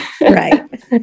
Right